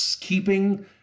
keeping